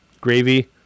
gravy